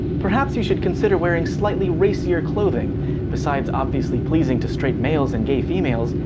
perhaps you should consider wearing slightly racier clothing besides obviously pleasing to straight males and gay females,